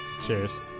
cheers